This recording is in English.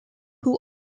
who